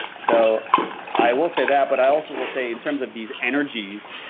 so i will say that. but i also will say in terms of these energies,